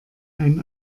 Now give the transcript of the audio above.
ein